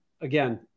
again